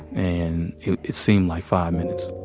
and it it seemed like five minutes.